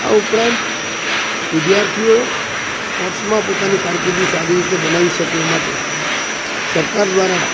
આ ઉપરાંત વિદ્યાર્થીઓ સ્પોર્ટ્સમાં પોતાની કારકીર્દી સારી રીતે બનાવી શકે એ માટે સરકાર દ્વારા